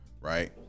Right